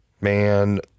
man